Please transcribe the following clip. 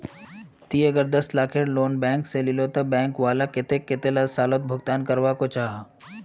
ती अगर दस लाखेर लोन बैंक से लिलो ते बैंक वाला कतेक कतेला सालोत भुगतान करवा को जाहा?